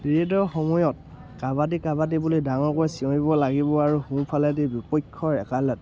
ৰীডৰ সময়ত কাবাডী কাবাডী বুলি ডাঙৰকৈ চিঞৰিব লাগিব আৰু সোফালেদি বিপক্ষৰ একালত